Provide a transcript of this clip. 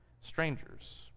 strangers